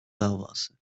davası